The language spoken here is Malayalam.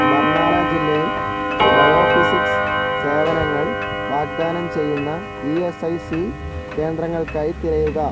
ബർണാല ജില്ലയിൽ ബയോഫിസിക്സ് സേവനങ്ങൾ വാഗ്ദാനം ചെയ്യുന്ന ഇ എസ് ഐ സി കേന്ദ്രങ്ങൾക്കായി തിരയുക